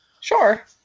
Sure